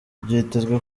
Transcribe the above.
byitezwe